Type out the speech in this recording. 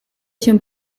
się